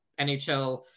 NHL